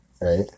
right